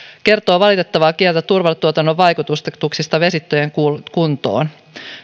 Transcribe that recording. kertoo valitettavaa kieltä turvetuotannon vaikutuksista vesistöjen kuntoon